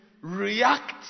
react